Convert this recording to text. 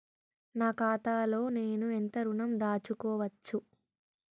నా ఖాతాలో నేను ఎంత ఋణం దాచుకోవచ్చు?